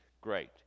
great